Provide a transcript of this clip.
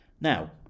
Now